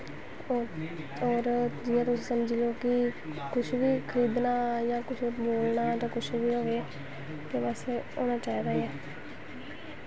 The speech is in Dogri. होर जियां तुस समझी लैओ कि कुछ खऱीदना होऐ जां कुछ बी लैना होऐ ते बस होना चाहिदा ऐ